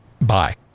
bye